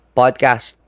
podcast